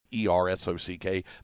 E-R-S-O-C-K